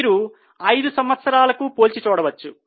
మీరు ఐదు సంవత్సరాలకు పోల్చి చూడవచ్చు